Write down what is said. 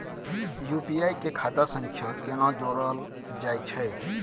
UPI के खाता सं केना जोरल जाए छै?